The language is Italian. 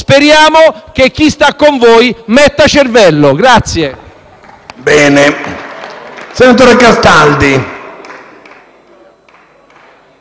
speriamo che chi sta con voi metta cervello.